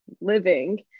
living